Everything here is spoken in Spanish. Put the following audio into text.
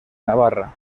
navarra